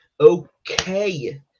okay